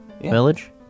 Village